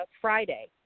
Friday